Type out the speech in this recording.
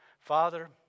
Father